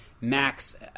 Max